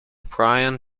prion